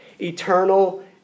Eternal